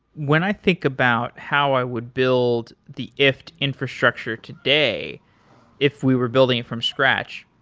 when i think about how i would build the ifttt infrastructure today if we were building it from scratch.